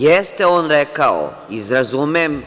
Jeste on rekao i razumem.